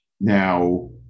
Now